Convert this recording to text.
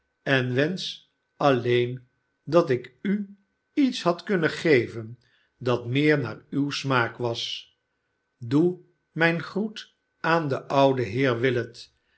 en wensch alleen dat ik u iets had kunnen geven dat meer naar uw smaak was doe mijn groet aan den ouden heer willet